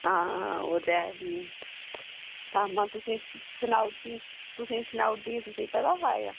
हां ओह् ते एह् फ्ही तां में तु'सेंगी सनाई ओड़दी तु'सेंगी पता हा जां